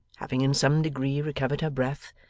having in some degree recovered her breath,